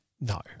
No